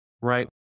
right